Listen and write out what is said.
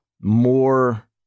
more